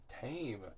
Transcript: tame